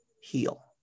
heal